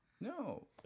No